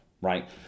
right